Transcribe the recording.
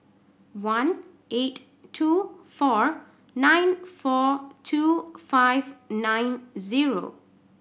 one eight two four nine four two five nine zero